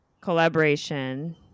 collaboration